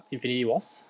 infinity wars